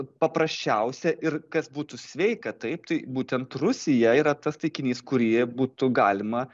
paprasčiausia ir kas būtų sveika taip tai būtent rusija yra tas taikinys kurį e būtų galima